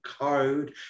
code